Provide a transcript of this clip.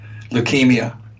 leukemia